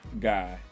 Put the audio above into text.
guy